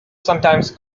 sometimes